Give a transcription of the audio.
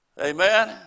Amen